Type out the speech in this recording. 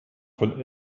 von